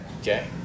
Okay